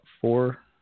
four